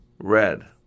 red